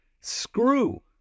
Screw